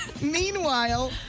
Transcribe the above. Meanwhile